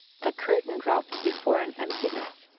the curtain dropped before an emptiness?